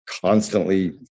constantly